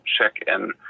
check-in